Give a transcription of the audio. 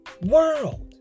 world